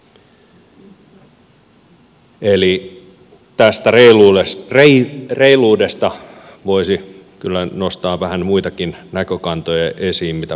eli tästä reiluudesta voisi kyllä nostaa vähän muitakin näkökantoja esiin kuin ne mitä pääministeri tänään otti